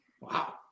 Wow